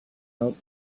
out